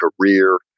career